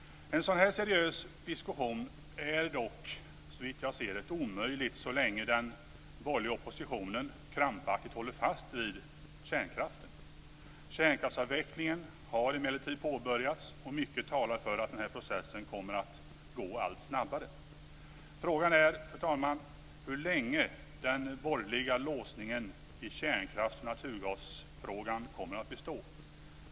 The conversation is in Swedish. En sådan seriös diskussion är dock, såvitt jag ser det, omöjlig så länge den borgerliga oppositionen krampaktigt håller fast vid kärnkraften. Kärnkraftsavvecklingen har emellertid påbörjats, och mycket talar för att den här processen kommer att gå allt snabbare. Fru talman! Frågan är hur länge den borgerliga låsningen i kärnkrafts och naturgasfrågan kommer att bestå.